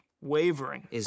wavering